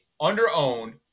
under-owned